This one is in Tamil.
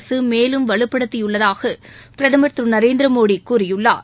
அரசு மேலும் வலுப்படுத்தியுள்ளதாக பிரதமர் திரு நரேந்திரமோடி கூறியுள்ளார்